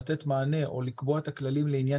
לתת מענה או לקבוע את הכללים לעניין